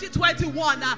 2021